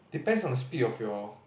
depends on the speed of your